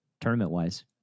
tournament-wise